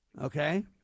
Okay